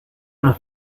nos